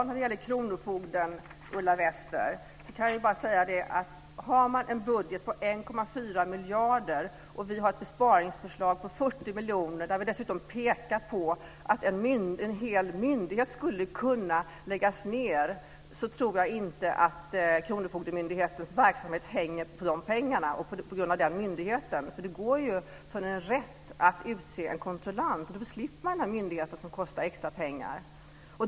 Herr talman! Kronofogdemyndigheten har en budget på 1,4 miljarder, Ulla Wester. Vi har ett besparingsförslag på 40 miljoner. Dessutom pekar vi på att en hel myndighet skulle kunna läggas ned. Jag tror inte att kronofogdemyndigheternas verksamhet hänger på dessa pengar och på den myndigheten. En rätt kan ju utse en kontrollant. Då skulle man slippa den här myndigheten som kostar extra pengar.